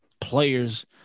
players